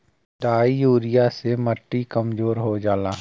di urea से मट्टी कमजोर हो जाला